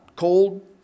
cold